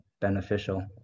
beneficial